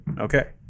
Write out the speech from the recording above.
Okay